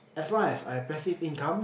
as long as I passive income